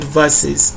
verses